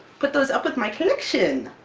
put those up with my collection!